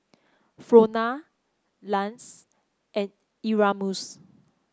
Frona Lance and Erasmus